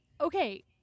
okay